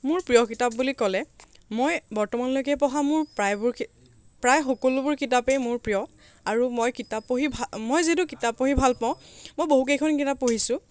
মোৰ প্ৰিয় কিতাপ বুলি ক'লে মই বৰ্তমানলৈকে পঢ়া মোৰ প্ৰায়ে বোৰ প্ৰায়ে সকলোবোৰ কিতাপেই মোৰ প্ৰিয় আৰু মই কিতাপ পঢ়ি ভাল মই যিহেতু কিতাপ পঢ়ি ভাল পাওঁ মই বহুকেইখন কিতাপ পঢ়িছোঁ